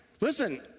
listen